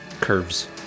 curves